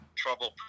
Trouble